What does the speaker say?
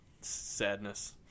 Sadness